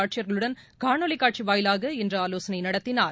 ஆட்சியர்களுடன் காணொளி காட்சி வாயிலாக இன்று ஆலோசனை நடத்தினார்